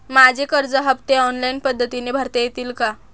माझे कर्ज हफ्ते ऑनलाईन पद्धतीने भरता येतील का?